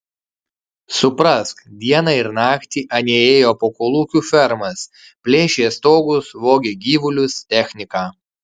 suprask dieną ir naktį anie ėjo po kolūkių fermas plėšė stogus vogė gyvulius techniką